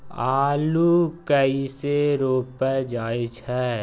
आलू कइसे रोपल जाय छै?